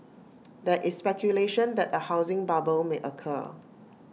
there is speculation that A housing bubble may occur